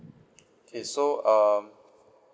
okay so um